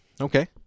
Okay